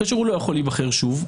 כשהוא לא יכול להיבחר שוב,